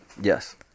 Yes